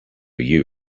you